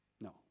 No